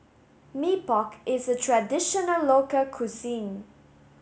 Mee Pok is a traditional local cuisine